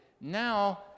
now